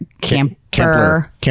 camper